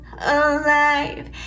alive